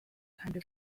county